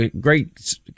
great